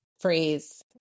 phrase